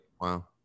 Wow